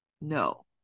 no